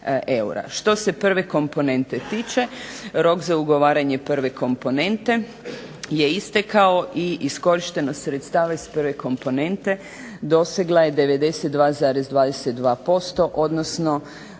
Što se prve komponente tiče, rok za ugovaranje prve komponente je istekao i iskorištenost sredstava iz prve komponente dosegla je 92,22%, odnosno